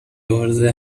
عرضه